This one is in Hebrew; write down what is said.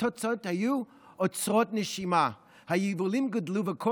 התוצאות היו עוצרות נשימה: היבולים גדלו וכל